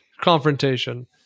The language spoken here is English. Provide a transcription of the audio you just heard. confrontation